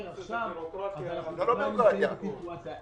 עכשיו אז אנחנו בכלל נמצאים בסיטואציה.